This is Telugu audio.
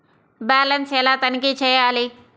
బ్యాలెన్స్ ఎలా తనిఖీ చేయాలి?